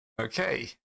Okay